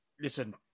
listen